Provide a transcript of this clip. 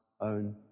own